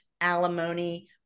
alimony